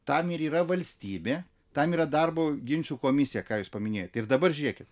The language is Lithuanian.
tam ir yra valstybė tam yra darbo ginčų komisija ką jūs paminėjot ir dabar žiūrėkit